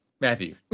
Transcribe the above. Matthew